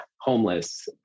homeless